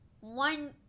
one